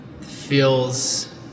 feels